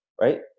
Right